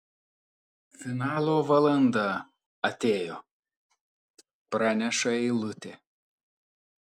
finalo valanda atėjo praneša eilutė